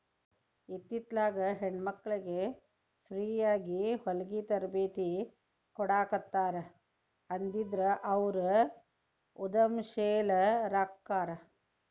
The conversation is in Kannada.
ಇತ್ತಿತ್ಲಾಗೆಲ್ಲಾ ಹೆಣ್ಮಕ್ಳಿಗೆ ಫ್ರೇಯಾಗಿ ಹೊಲ್ಗಿ ತರ್ಬೇತಿ ಕೊಡಾಖತ್ತಾರ ಅದ್ರಿಂದ ಅವ್ರು ಉದಂಶೇಲರಾಕ್ಕಾರ